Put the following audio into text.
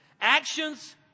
Actions